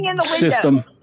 system